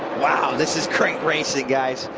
wow this is great racing, guys.